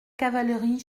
cavalerie